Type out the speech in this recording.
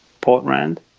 portland